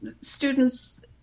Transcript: students